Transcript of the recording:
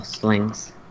slings